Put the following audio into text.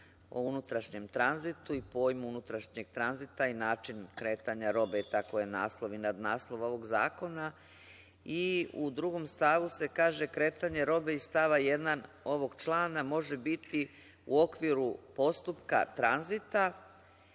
o unutrašnjem tranzitu, pojmu unutrašnjeg tranzita i načinu kretanja robe. Tako je naslov ovog zakona i u drugom stavu se kaže – kretanje robe iz stava 1. ovog člana može biti u okviru postupka tranzita